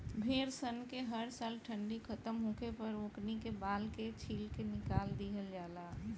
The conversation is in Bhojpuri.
भेड़ सन के हर साल ठंडी खतम होखे पर ओकनी के बाल के छील के निकाल दिहल जाला